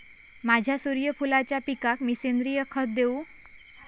माझ्या सूर्यफुलाच्या पिकाक मी सेंद्रिय खत देवू?